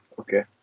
okay